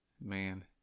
Man